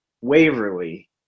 Waverly